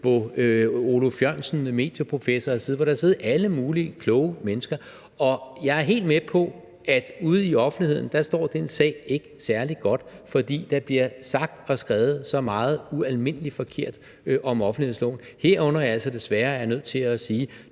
som Oluf Jørgensen, medieprofessor, har siddet i; og som alle mulige kloge mennesker har siddet i. Jeg er helt med på, at ude i offentligheden står den sag ikke særlig godt, fordi der bliver sagt og skrevet så meget ualmindelig forkert om offentlighedsloven, herunder altså desværre, er jeg nødt til at sige,